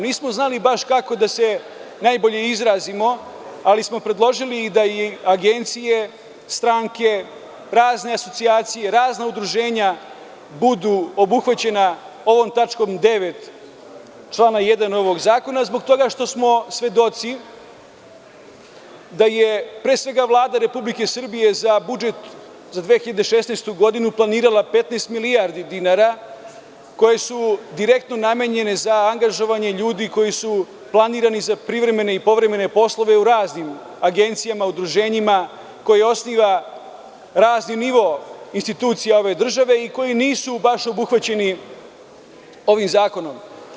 Nismo znali kako najbolje da se izrazimo ali smo predložili da i agencije, stranke, razne asocijacije, razna udruženja budu obuhvaćena ovom tačkom 9. člana 1. ovog zakona zbog toga što smo svedoci da je pre svega Vlada Republike Srbije za budžet za 2016. godinu planirala 15 milijardi dinara koje su direktno namenjene za angažovanje ljudi koji su planirali za privremene i povremene poslove u raznim agencijama, udruženjima koje osniva razni nivo institucija ove države i koji nisu baš obuhvaćeni ovim zakonom.